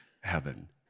heaven